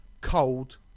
Cold